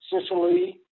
Sicily